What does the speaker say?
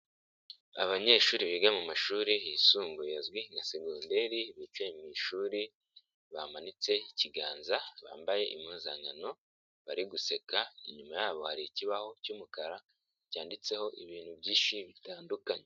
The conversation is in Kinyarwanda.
Abanyeshuri biga mu mashuri yisumbuye azwi nka s begonderi bicaye mu ishuri bamanitse ikiganza bambaye impuzankano bari guseka, inyuma yabo hari ikibaho cy'umukara cyanditseho ibintu byinshi bitandukanye.